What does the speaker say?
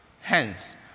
Hence